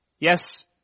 Yes